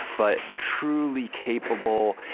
but truly capable,